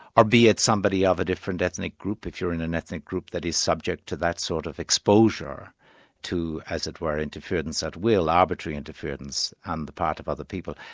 or be it somebody of a different ethnic group if you're in an ethnic group that is subject to that sort of exposure to, as it were, interference at will, arbitrary interference on the of other people.